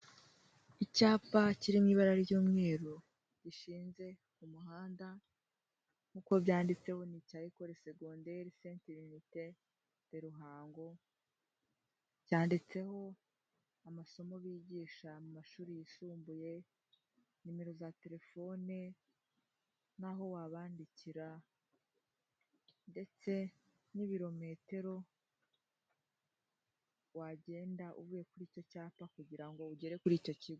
Icyapa kiriri mu ibara ry'umweru gishinze ku muhanda nkuko byanditseho, ni icya Ecole Secondaire Saint Trinite de Ruhango, cyanditseho amasomo bigisha mu mashuri yisumbuye, nimero za terefone n'aho wabandikira, ndetse n'ibirometero wagenda uvuye kuri icyo cyapa kugira ngo ugere kuri icyo kigo.